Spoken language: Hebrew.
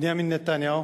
בנימין נתניהו,